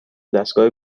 دستگاه